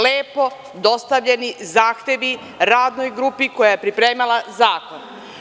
Lepo dostavljeni zahtevi radnoj grupi koja je pripremala zakona.